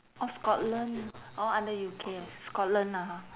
orh scotland orh under U_K scotland lah ha]